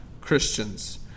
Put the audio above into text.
Christians